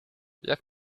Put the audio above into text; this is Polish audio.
jak